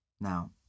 Now